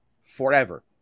forever